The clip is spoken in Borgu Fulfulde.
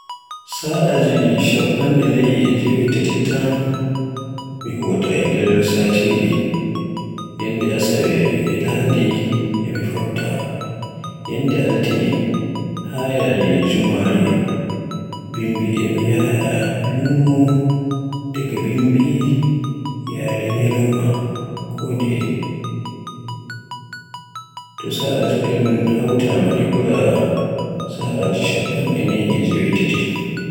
Sa'aji shappanɗe nayi e jewetati tan mi huwaata e nder satire, yande asawe e lahadi e mi fofta, yannde altine haa yaari jummare bimbi mi yaha lumo, daga bimbi yarin nyalauma kondeye. To sa'aji din hawtaama ɓura sa'aji shappanɗe nayi e jewetati.